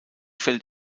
fällt